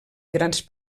grans